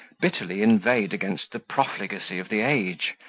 bitterly inveighed against the profligacy of the age,